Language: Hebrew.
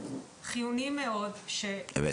חיוניים מאוד -- אמת.